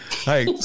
Hey